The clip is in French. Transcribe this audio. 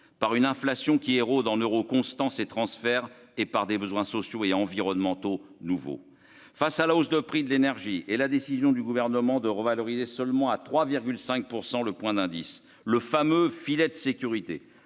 par une inflation qui érodent en euros constants ces transferts et par des besoins sociaux et environnementaux nouveaux face à la hausse de prix de l'énergie et la décision du gouvernement de revaloriser seulement à 3 5 % le point d'indice, le fameux filet de sécurité